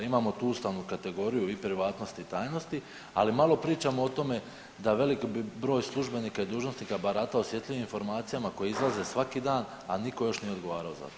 Imamo tu ustavnu kategoriju i privatnosti i tajnosti, ali malo pričamo o tome da velik broj službenika i dužnosnika barata osjetljivim informacijama koje izlaze svaki dan, a nitko još nije odgovarao za to.